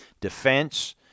defense